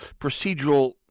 procedural